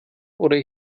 oder